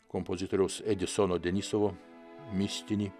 kompozitoriaus edisono denisovo mistinį